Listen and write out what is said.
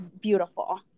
beautiful